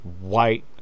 white